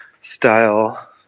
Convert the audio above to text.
style